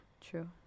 true